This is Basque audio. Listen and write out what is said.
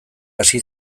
hasi